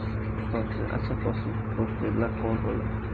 सबसे अच्छा पशु पोसेला कौन होला?